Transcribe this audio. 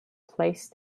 placed